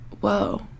whoa